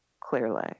clearly